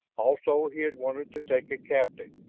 also, he had wanted to take a captive,